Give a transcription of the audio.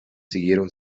siguieron